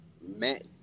Matt